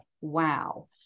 Wow